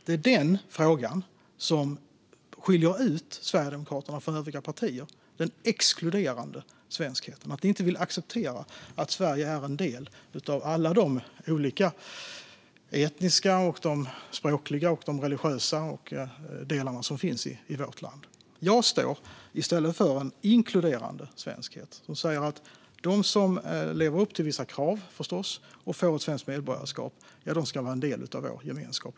Det är den frågan som skiljer ut Sverigedemokraterna från övriga partier - den exkluderande svenskheten. Ni vill inte acceptera att Sverige består av alla de olika etniska, språkliga och religiösa delar som finns i vårt land, Tobias Andersson. Jag står i stället för en inkluderande svenskhet som säger att de som lever upp till vissa krav - förstås - och får ett svenskt medborgarskap ska vara en del av vår gemenskap.